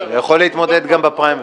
הוא יכול להתמודד גם בפריימריז.